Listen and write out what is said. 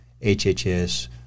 HHS